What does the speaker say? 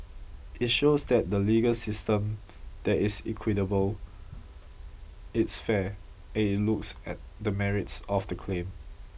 it shows that the legal system there is equitable it's fair and it looks at the merits of the claim